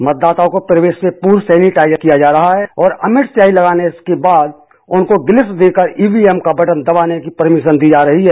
मतदाता को प्रवेश से पूर्व सेनिटाइजर किया जा रहा है और अमिट सियाही लगाने के बाद उनको गलिफ्स देकर ईवीएम का बटन दबाने की परमिशन दी जा रही है